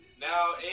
Now